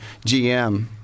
GM